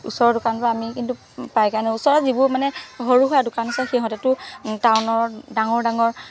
ওচৰৰ দোকানৰ পৰা আমি কিন্তু পায় কাৰণে ওচৰৰ যিবোৰ মানে সৰু সুৰা দোকান আছে সিহঁতেতো টাউনৰ ডাঙৰ ডাঙৰ